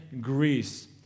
Greece